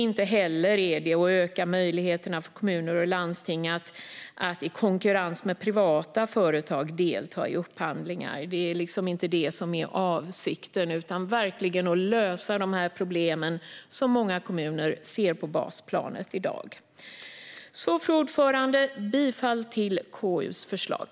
Inte heller är tanken att öka möjligheten för kommuner och landsting att i konkurrens med privata företag delta i upphandlingar. Det är inte det som är avsikten, utan avsikten är verkligen att lösa de problem som många kommuner ser på basplanet i dag. Fru talman! Jag yrkar bifall till KU:s förslag.